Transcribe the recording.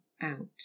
out